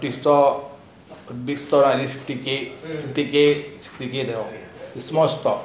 ah big store big store at least fifty fifty K sixty K and all small stall